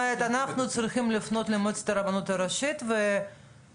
אומרת אנחנו צריכים לפנות למועצת הרבנות הראשית ולבקש